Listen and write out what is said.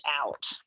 out